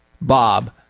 Bob